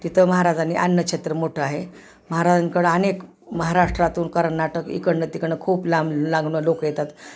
तिथं महाराजांनी अन्न छत्र मोठं आहे महाराजांकडं अनेक महाराष्ट्रातून कर्नाटक इकडून तिकडून खूप लांबलागून लोक येतात